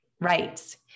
Right